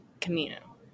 Camino